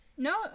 No